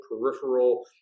peripheral